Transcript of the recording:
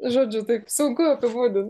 žodžiu taip sunku apibūdint